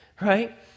right